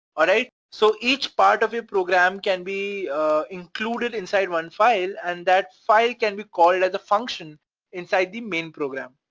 alright? so each part of your program can be included inside one file, and that file can be called as a function inside the main program,